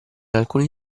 alcuni